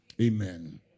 amen